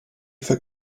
for